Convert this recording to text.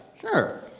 Sure